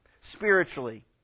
spiritually